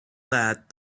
that